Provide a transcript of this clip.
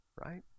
right